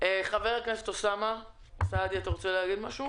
חבר הכנסת אוסאמה סעדי, אתה רוצה להגיד משהו?